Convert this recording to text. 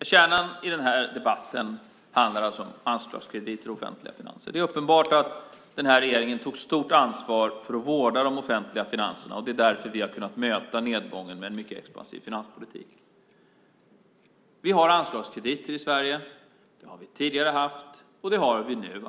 Kärnan i den här debatten handlar alltså om anslagskrediter och offentliga finanser. Det är uppenbart att den här regeringen tog stort ansvar för att vårda de offentliga finanserna. Det är därför vi har kunnat möta nedgången med en mycket expansiv finanspolitik. Vi har anslagskrediter i Sverige. Det har vi haft tidigare, och det har vi nu.